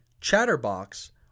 chatterbox